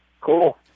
Cool